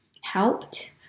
helped